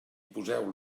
poseu